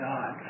God